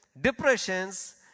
depressions